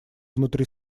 внутри